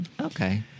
Okay